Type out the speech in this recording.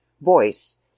voice